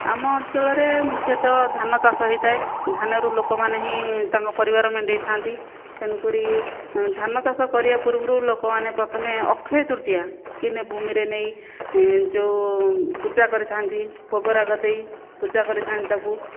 ଆମ ଅଞ୍ଚଳରେ ମୁଖ୍ୟତଃ ଧାନଚାଷ ହେଇଥାଏ ଧାନରୁ ଲୋକମାନେ ହିଁ ତାଙ୍କ ପରିବାର ମେଣ୍ଟେଇ ଥାନ୍ତି ତେଣୁ କରି ଧାନଚାଷ କରିବା ପୂର୍ବରୁ ଲୋକମାନେ ପ୍ରଥମେ ଅକ୍ଷୟ ତୃତୀୟା କି ନେ ଭୂମିରେ ନେଇ ଏଁ ଯେଉଁ ପୂଜା କରିଥାଆନ୍ତି ଭୋଗରାଗ ଦେଇ ପୂଜା କରିଥାନ୍ତି ତାକୁ